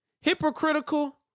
Hypocritical